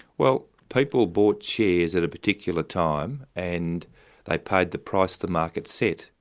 well people bought shares at a particular time and they paid the price the market set.